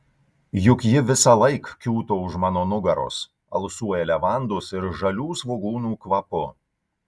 juk ji visąlaik kiūto už mano nugaros alsuoja levandos ir žalių svogūnų kvapu